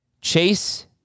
Chase